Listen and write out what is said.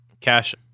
Cash